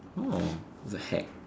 the heck